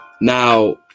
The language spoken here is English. now